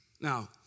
Now